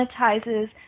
monetizes